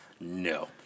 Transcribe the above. no